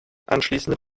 anschließende